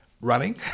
running